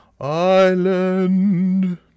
island